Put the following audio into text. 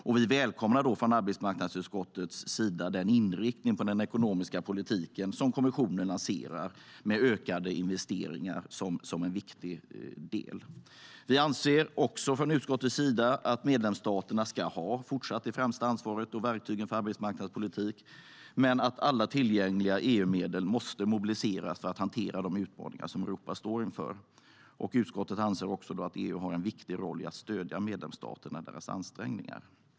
Vi anser också från utskottets sida att medlemsstaterna fortsatt ska ha det främsta ansvaret och verktygen för arbetsmarknadspolitiken men att alla tillgängliga EU-medel måste mobiliseras för att hantera de utmaningar som Europa står inför. Utskottet anser också att EU har en viktig roll i att stödja medlemsstaterna i deras ansträngningar.